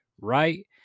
right